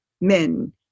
men